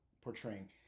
portraying